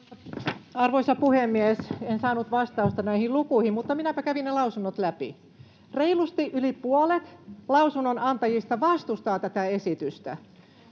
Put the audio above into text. Arvoisa puhemies! En saanut vastausta näihin lukuihin, mutta minäpä kävin ne lausunnot läpi. Reilusti yli puolet lausunnonantajista vastustaa tätä esitystä.